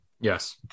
yes